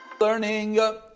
Learning